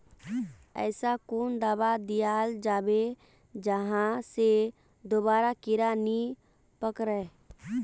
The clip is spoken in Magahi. ऐसा कुन दाबा दियाल जाबे जहा से दोबारा कीड़ा नी पकड़े?